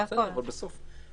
תראו,